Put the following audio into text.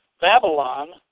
Babylon